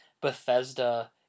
Bethesda